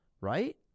right